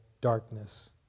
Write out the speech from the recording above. darkness